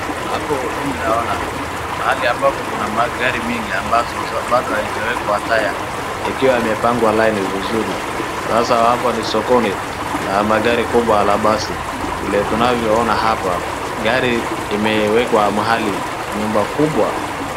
Hapo mimi naona mahali ambapo kuna magari mingi ambazo bado haijawekwa tyre ,ikiwa imepangwa line vizuri. Sasa hapa ni sokoni la magari kubwa la basi. Vile tunavyoona hapa, gari imewekwa mahali nyumba kubwa.